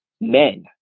men